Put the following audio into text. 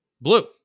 blue